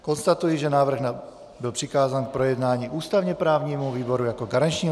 Konstatuji, že návrh byl přikázán k projednání ústavněprávnímu výboru jako garančnímu výboru.